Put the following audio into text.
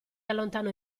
allontanò